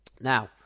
Now